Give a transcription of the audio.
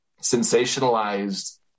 sensationalized